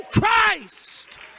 Christ